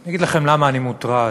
אני אגיד לכם למה אני מוטרד.